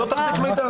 שלא תחזיק מידע.